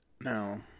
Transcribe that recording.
Now